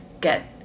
get